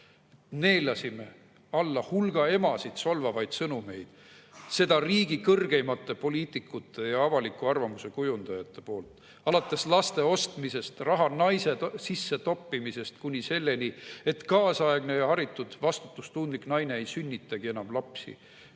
"Neelasime alla hulga emasid solvavaid sõnumeid, seda riigi kõrgeimate poliitikute ja avaliku arvamuse kujundajate poolt: alates laste ostmisest, raha naise sisse toppimisest kuni selleni, et kaasaegne haritud ja vastutustundlik naine ei sünnitagi enam lapsi